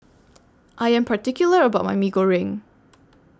I Am particular about My Mee Goreng